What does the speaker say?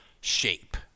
shape